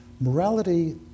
morality